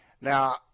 Now